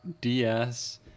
DS